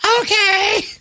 Okay